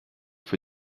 für